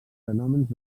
fenòmens